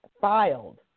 filed